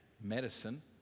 medicine